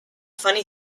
funny